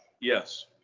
Yes